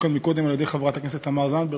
כאן קודם על-ידי חברת הכנסת תמר זנדברג,